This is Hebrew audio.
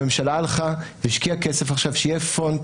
הממשלה הלכה והשקיעה כסף עכשיו שיהיה פונט